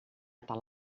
tal